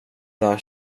där